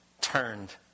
turned